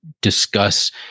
discuss